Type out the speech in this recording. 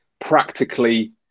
practically